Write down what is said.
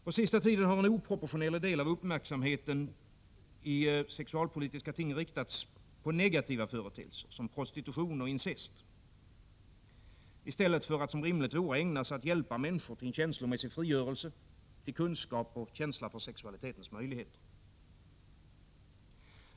På sista tiden har en oproportionerlig del av uppmärksamheten på det sexualpolitiska området riktats på negativa företeelser, som prostitution och incest, i stället för att, som rimligt vore, ägnas att hjälpa människor till känslomässig frigörelse, kunskap om och känsla för sexualitetens möjligheter.